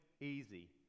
easy